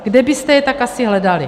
Kde byste je tak asi hledali?